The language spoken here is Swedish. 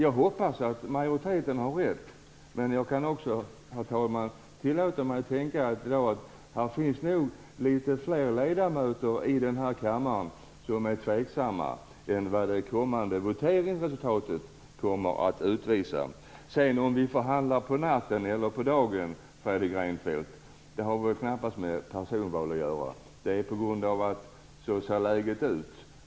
Jag hoppas att majoriteten har rätt, men jag kan också, herr talman, tillåta mig att tänka att det nog finns fler ledamöter i kammaren som är tveksamma än vad det kommande voteringsresultatet kommer att utvisa. Om vi förhandlar på natten eller på dagen har knappast, Fredrik Reinfeldt, med personval att göra. Det har att göra med att så ser läget ut.